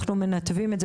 אנחנו מנתבים את זה,